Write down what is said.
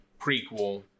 prequel